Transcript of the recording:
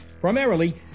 Primarily